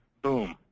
boom!